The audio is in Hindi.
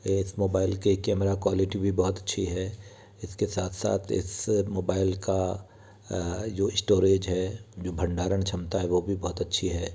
इस मोबाइल की कैमेरा क्वालिटी भी बहुत अच्छी है इसके सात सात इस मोबाइल का जो इस्टोरेज है जो भंडारण क्षमता है वो भी बहुत अच्छी है